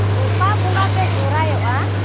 ᱚᱠᱟ ᱵᱚᱸᱜᱟ ᱯᱮ ᱥᱚᱦᱨᱟᱭᱚᱜᱼᱟ